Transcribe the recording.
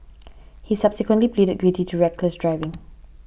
he subsequently pleaded guilty to reckless driving